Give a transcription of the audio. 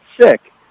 sick